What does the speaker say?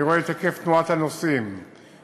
אני רואה את היקף תנועת הנוסעים מהערים,